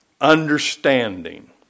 understanding